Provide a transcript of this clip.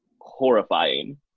horrifying